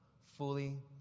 fully